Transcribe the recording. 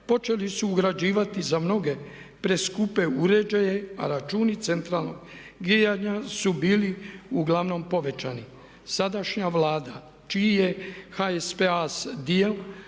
počeli su ugrađivati za mnoge preskupe uređaje a računi centralnog grijanja su bili uglavnom povećani. Sadašnja Vlada čiji je HSPA dijel